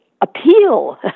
appeal